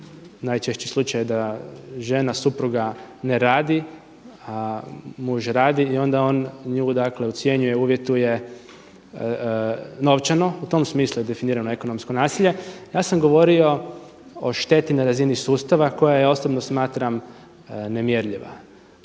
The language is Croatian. najčešći slučaj da žena, supruga ne radi, a muž radi i onda on nju ucjenjuje uvjetuje novčano. U tom smislu je definirano ekonomsko nasilje. Ja sam govorio o šteti na razini sustava koje ja osobno smatram nemjerljiva.